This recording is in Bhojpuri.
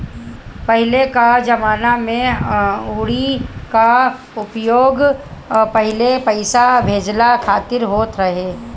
पहिले कअ जमाना में हुंडी कअ उपयोग पहिले पईसा भेजला खातिर होत रहे